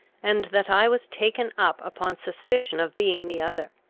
and that i was taken up upon suspicion of being the other.